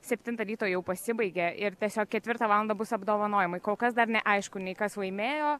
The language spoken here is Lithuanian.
septintą ryto jau pasibaigė ir tiesiog ketvirtą valandą bus apdovanojimai kol kas dar neaišku nei kas laimėjo